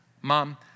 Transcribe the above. Mom